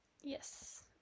Yes